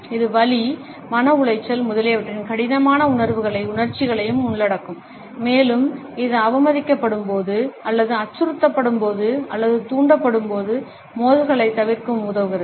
இது வலி மன உளைச்சல் முதலியவற்றின் கடினமான உணர்வுகளையும் உணர்ச்சிகளையும் உள்ளடக்கும் மேலும் இது அவமதிக்கப்படும்போது அல்லது அச்சுறுத்தப்படும்போது அல்லது தூண்டப்படும்போது மோதல்களைத் தவிர்க்கவும் உதவுகிறது